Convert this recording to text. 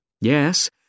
Yes